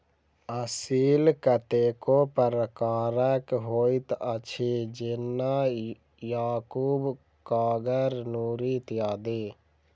असील कतेको प्रकारक होइत अछि, जेना याकूब, कागर, नूरी इत्यादि